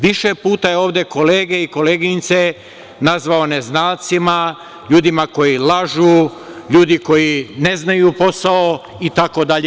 Više puta je ovde kolege i koleginice nazvao neznalcima, ljudima koji lažu, ljudima koji ne znaju posao, itd.